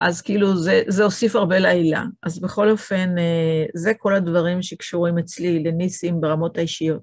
אז כאילו זה הוסיף הרבה לעלילה. אז בכל אופן, זה כל הדברים שקשורים אצלי לניסים ברמות האישיות.